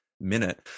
minute